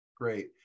Great